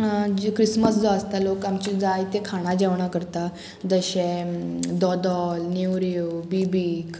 जे Christmas जो आसता लोक आमची जायत्यो खाणां जेवणां करतात जशें दोदोल नेवऱ्यो बिबीक